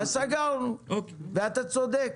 אז סגרנו, ואתה צודק,